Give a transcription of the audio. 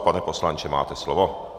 Pane poslanče, máte slovo.